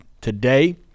today